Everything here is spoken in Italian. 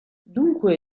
dunque